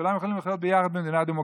כולם יכולים לחיות ביחד במדינה דמוקרטית.